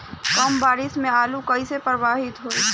कम बारिस से आलू कइसे प्रभावित होयी?